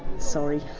sorry.